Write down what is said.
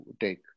take